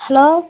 hello